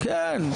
כן.